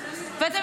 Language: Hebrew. איך זה